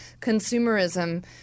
consumerism